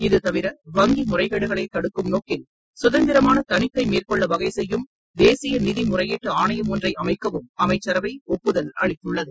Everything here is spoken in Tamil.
இதுதவிர வங்கி முறைகேடுகளை தடுக்கும் நோக்கில் சுதந்திரமான தணிக்கை மேற்கொள்ள வகைசெய்யும் தேசிய நிதி முறையீட்டு ஆணையம் ஒன்றை அமைக்கவும் அமைச்சரவை ஒப்புதல் அளித்துள்ளது